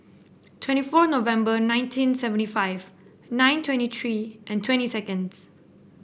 twenty four November nineteen seventy five nine twenty three twenty seconds